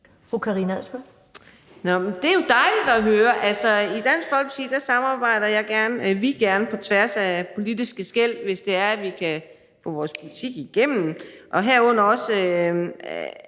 Det er jo dejligt at høre. I Dansk Folkeparti samarbejder vi gerne på tværs af politiske skel, hvis det er, vi kan få vores politik igennem,